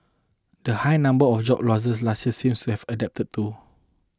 the high number of job losses last year seems to have abated too